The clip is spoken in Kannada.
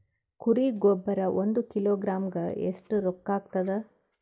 ಕುರಿ ಗೊಬ್ಬರ ಒಂದು ಕಿಲೋಗ್ರಾಂ ಗ ಎಷ್ಟ ರೂಕ್ಕಾಗ್ತದ?